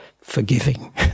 forgiving